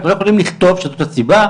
אנחנו לא יכולים לכתוב שזאת הסיבה,